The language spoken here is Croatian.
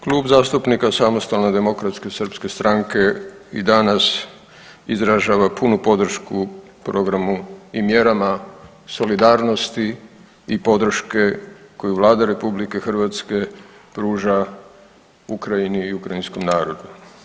Klub zastupnika Samostalne demokratske srpske stranke i danas izražava punu podršku programu i mjerama solidarnosti i podrške koju Vlada RH pruža Ukrajini i ukrajinskom narodu.